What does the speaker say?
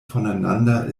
voneinander